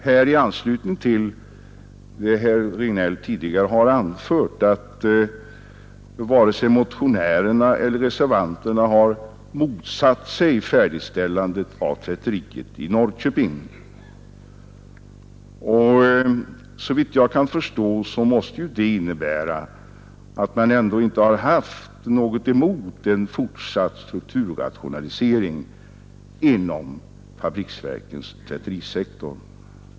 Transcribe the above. Herr Regnéll sade att varken motionärerna eller reservanterna har motsatt sig färdigställandet av tvätteriet i Norrköping, och såvitt jag förstår måste det innebära att de inte har något emot en fortsatt strukturrationalisering inom fabriksverkens tvätterisektor.